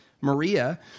Maria